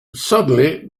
suddenly